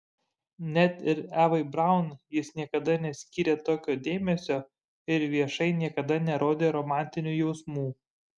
net ir evai braun jis niekada neskyrė tokio dėmesio ir viešai niekada nerodė romantinių jausmų